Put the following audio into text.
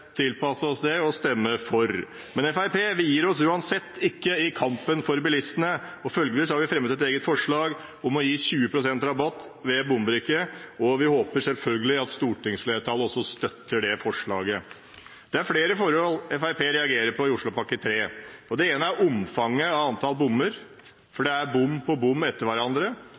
tilpasse oss og stemme for. Men vi i Fremskrittspartiet gir oss uansett ikke i kampen for bilistene, og følgelig fremmer vi et eget forslag om å gi 20 pst. rabatt ved bombrikke, og vi håper selvfølgelig stortingsflertallet støtter det forslaget. Fremskrittspartiet reagerer på flere forhold i Oslopakke 3. Det ene er omfanget av antall bommer, for det er bom på bom etter hverandre